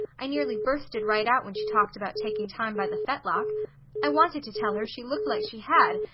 i nearly bursted right out when she talked about taking time by the fetlock i wanted to tell her she looked like she had,